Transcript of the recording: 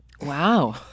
Wow